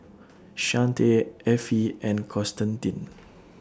Shante Effie and Constantine